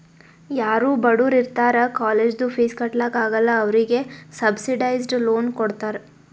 ಯಾರೂ ಬಡುರ್ ಇರ್ತಾರ ಕಾಲೇಜ್ದು ಫೀಸ್ ಕಟ್ಲಾಕ್ ಆಗಲ್ಲ ಅವ್ರಿಗೆ ಸಬ್ಸಿಡೈಸ್ಡ್ ಲೋನ್ ಕೊಡ್ತಾರ್